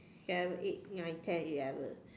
seven eight nine ten eleven